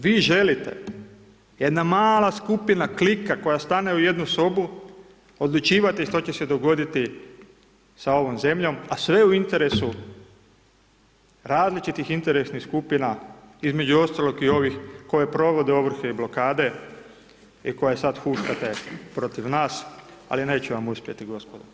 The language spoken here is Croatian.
Vi želite, jedna mala skupina klika koja stane u jednu sobu odlučivati što će se dogoditi sa ovom zemljom, a sve u interesu različitih interesnih skupina, između ostalih i ovih koji provode ovrhe i blokade i koje sad huškate protiv nas, ali neće vam uspjeti gospodo.